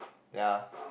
ya